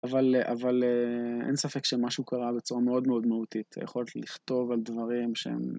אבל אין ספק שמשהו קרה בצורה מאוד מאוד מהותית. היכולת לכתוב על דברים שהם...